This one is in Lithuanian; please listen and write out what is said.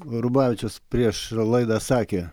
rubavičius prieš laidą sakė